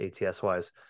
ATS-wise